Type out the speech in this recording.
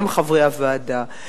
הם חברי הוועדה.